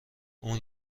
اون